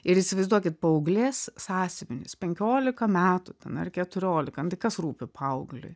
ir įsivaizduokit paauglės sąsiuvinis penkiolika metų ten ar keturiolika nu tai kas rūpi paaugliui